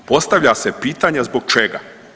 Postavlja se pitanje zbog čega?